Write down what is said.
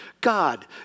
God